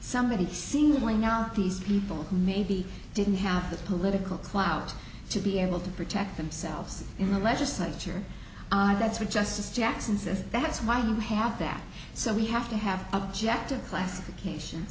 somebody singling out these people who maybe didn't have the political clout to be able to protect themselves in the legislature and that's what justice jackson says that's why you have that so we have to have objective classification